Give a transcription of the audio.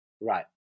Right